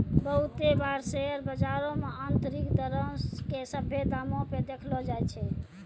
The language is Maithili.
बहुते बार शेयर बजारो मे आन्तरिक दरो के सभ्भे दामो पे देखैलो जाय छै